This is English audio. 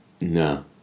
No